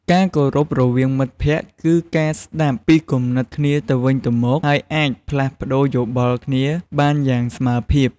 ការគោរពរវាងមិត្តភក្តិ គឺការស្ដាប់ពីគំនិតគ្នាទៅវិញទៅមក ហើយអាចផ្លាស់ប្ដូរយោបល់គ្នាបានយ៉ាងស្មើភាព។